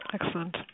Excellent